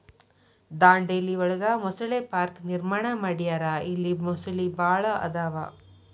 ದಾಂಡೇಲಿ ಒಳಗ ಮೊಸಳೆ ಪಾರ್ಕ ನಿರ್ಮಾಣ ಮಾಡ್ಯಾರ ಇಲ್ಲಿ ಮೊಸಳಿ ಭಾಳ ಅದಾವ